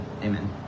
Amen